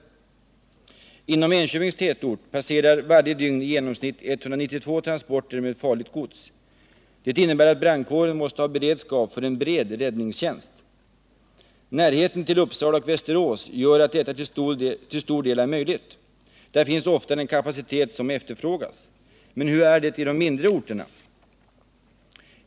Genom Enköpings tätort passerar varje dygn i genomsnitt 192 transporter med farligt gods. Det innebär att brandkåren måste ha beredskap för en bred räddningstjänst. Närheten till Uppsala och Västerås gör att detta til! stor del är möjligt. Där finns ofta den kapacitet som efterfrågas. Men hur är det på de mindre orterna?